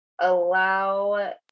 allow